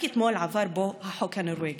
רק אתמול עבר פה החוק הנורבגי,